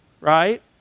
right